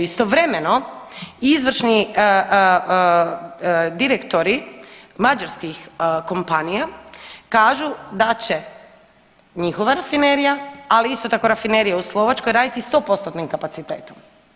Istovremeno izvršni direktori mađarskih kompanija kažu da će njihova rafinerija, ali isto tako rafinerija u Slovačkoj raditi 100%-nim kapacitetom.